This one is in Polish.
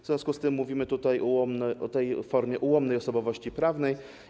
W związku z tym mówimy o tej formie ułomnej osobowości prawnej.